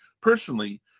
personally